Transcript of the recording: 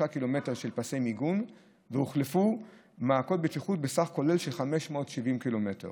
קילומטרים והוחלפו מעקות בטיחות לאורך 570 קילומטרים